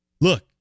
Look